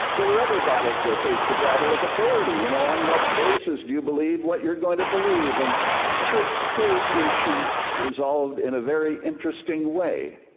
there were other battles they faced, the battle of authority. you know, on what basis do you believe what you're going to believe? and church-state issues resolved in a very interesting way.